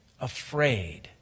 afraid